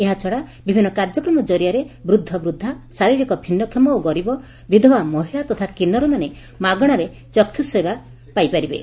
ଏହାଛଡ଼ା ବିଭିନ୍ନ କାର୍ଯ୍ୟକ୍ରମ ଜରିଆରେ ବୃଦ୍ଧବୃଦ୍ଧା ଶାରିରୀକ ଭିନ୍ନଷମ ଓ ଗରିବ ବିଧବା ମହିଳା ତଥା କିନୁରମାନେ ମାଗଣାରେ ଚକ୍ଷୁ ସ୍ୱାସ୍ଥ୍ୟସେବା ପାଇପାରିବେ